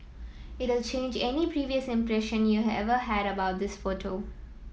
it change any previous impression you ever had about this photo